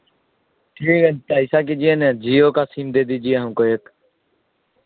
ٹھیک ہے ایسا کیجیے نا جیو کا سیم دے دیجیے ہم کو ایک